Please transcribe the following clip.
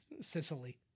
Sicily